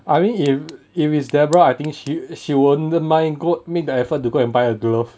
I mean if if it's deborah I think she she won't mind go make the effort to go and buy a glove